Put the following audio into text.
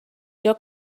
your